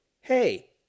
hey